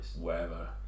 wherever